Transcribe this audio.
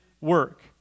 work